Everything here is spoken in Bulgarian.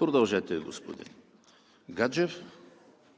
ДОКЛАДЧИК ХРИСТО ГАДЖЕВ: